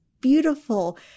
beautiful